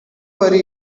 worry